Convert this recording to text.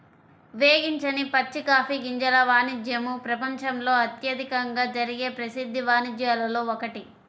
వేగించని పచ్చి కాఫీ గింజల వాణిజ్యము ప్రపంచంలో అత్యధికంగా జరిగే ప్రసిద్ధ వాణిజ్యాలలో ఒకటి